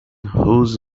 whose